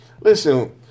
listen